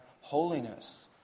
holiness